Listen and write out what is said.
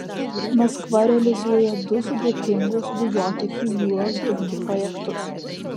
maskva realizuoja du sudėtingus dujotiekių jūros dugnu projektus